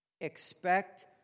expect